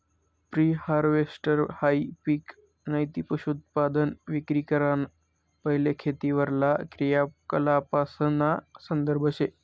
pre हारवेस्टहाई पिक नैते पशुधनउत्पादन विक्री कराना पैले खेतीवरला क्रियाकलापासना संदर्भ शे